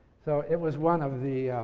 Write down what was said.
so, it was one of the